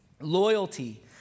Loyalty